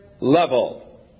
level